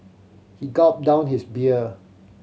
he gulped down his beer